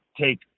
take